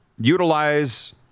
utilize